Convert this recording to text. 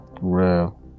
real